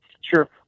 sure